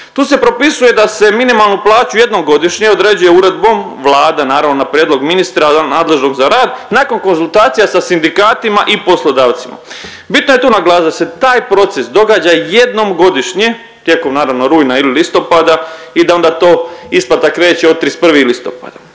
tu se propisuje da se minimalnu plaću jednom godišnje određuje uredbom, Vlada naravno na prijedlog ministra nadležnog za rad, nakon konzultacija sa sindikatima i poslodavcima. Bitno je tu naglasiti da se taj proces događa jednom godišnje, tijekom naravno rujna ili listopada i da onda to isplata kreće od 31. listopada.